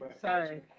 sorry